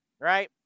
right